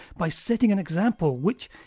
by setting an example which,